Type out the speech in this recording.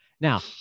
Now